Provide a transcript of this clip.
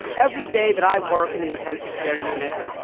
every day that i work in the intensive care units,